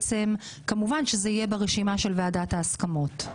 כמובן שזה יהיה ברשימה של ועדת ההסכמות.